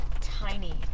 tiny